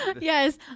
Yes